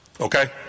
Okay